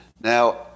Now